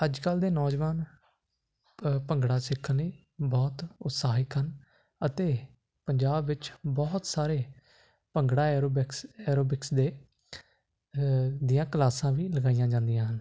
ਅੱਜ ਕੱਲ੍ਹ ਦੇ ਨੌਜਵਾਨ ਪ ਭੰਗੜਾ ਸਿੱਖਣ ਲਈ ਬਹੁਤ ਉਤਸਾਹਿਕ ਹਨ ਅਤੇ ਪੰਜਾਬ ਵਿੱਚ ਬਹੁਤ ਸਾਰੇ ਭੰਗੜਾ ਐਰੋਬਿਕਸ ਐਰੋਬਿਕਸ ਦੇ ਦੀਆਂ ਕਲਾਸਾਂ ਵੀ ਲਗਾਈਆਂ ਜਾਂਦੀਆਂ ਹਨ